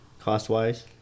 Cost-wise